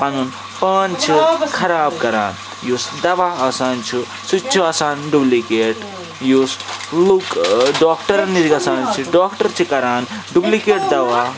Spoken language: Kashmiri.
پَنُن پان چھِ خراب کَران یُس دَوا آسان چھُ سُہ تہِ چھُ آسان ڈُبلِکیٹ یُس لُکھ ڈاکٹَرَن نِش گَژھان چھِ ڈاکٹَر چھِ کَران ڈُبلِکیٹ دَوا